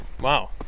Wow